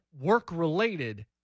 work-related